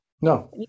No